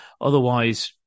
otherwise